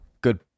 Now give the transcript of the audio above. good